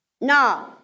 No